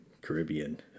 Caribbean